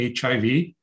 HIV